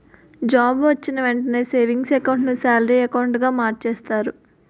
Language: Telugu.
జాబ్ వొచ్చిన వెంటనే సేవింగ్స్ ఎకౌంట్ ను సాలరీ అకౌంటుగా మార్చేస్తారు